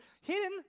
hidden